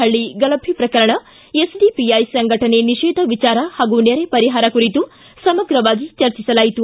ಪಳ್ಳಿ ಗಲಭೆ ಪ್ರಕರಣ ಎಸ್ಡಿಪಿಐ ಸಂಘಟನೆ ನಿಷೇಧ ವಿಚಾರ ಹಾಗೂ ನೆರೆ ಪರಿಹಾರ ಕುರಿತು ಸಮಗ್ರವಾಗಿ ಚರ್ಚಿಸಲಾಯಿತು